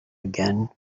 again